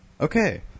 Okay